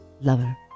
Lover